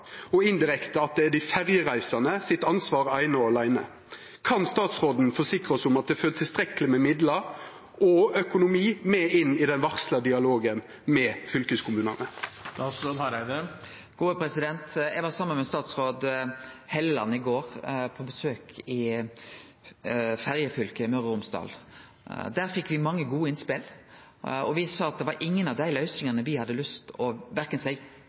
og indirekte dei ferjereisande sitt ansvar eine og aleine. Kan statsråden forsikra oss om at det følgjer med tilstrekkeleg med midlar og økonomi inn i den varsla dialogen med fylkeskommunane? I går var eg saman med statsråd Hofstad Helleland på besøk i ferjefylket Møre og Romsdal. Der fekk me mange gode innspel, og me sa at det var ingen av dei løysingane me hadde lyst til verken å